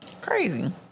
Crazy